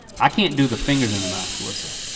i can't do the fingers in the mouth whistle.